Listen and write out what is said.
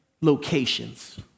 locations